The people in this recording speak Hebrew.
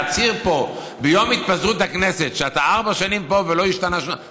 להצהיר פה ביום התפזרות הכנסת שאתה ארבע שנים פה ולא השתנה שום דבר,